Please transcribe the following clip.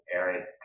arid